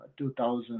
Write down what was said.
2000